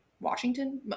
Washington